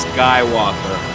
Skywalker